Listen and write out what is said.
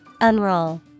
Unroll